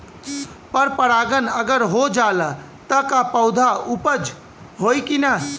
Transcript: पर परागण अगर हो जाला त का पौधा उपज होई की ना?